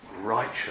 righteous